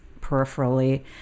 peripherally